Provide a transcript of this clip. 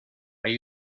are